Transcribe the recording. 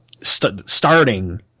starting